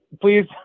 please